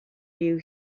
you